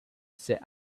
sit